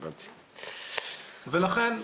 לכן,